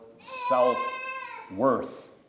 self-worth